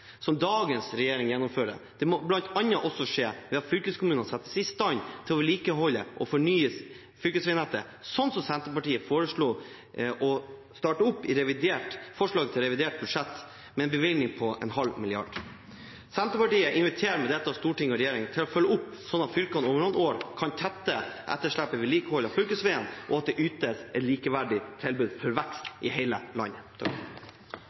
som dagens regjering gjennomfører. Det må bl.a. også skje ved at fylkeskommunene settes i stand til å vedlikeholde og fornye fylkesveinettet, som Senterpartiet i forslaget til revidert budsjett foreslo å starte opp med en bevilgning på 0,5 mrd. kr. Senterpartiet inviterer med dette Stortinget og regjeringen til å følge opp, slik at fylkene over noen år kan tette etterslepet i vedlikehold av fylkesveiene, og at det ytes et likeverdig tilbud for vekst i hele landet.